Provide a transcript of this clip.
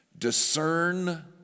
Discern